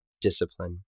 discipline